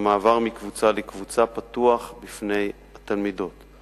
והמעבר מקבוצה לקבוצה פתוח בפני התלמידות.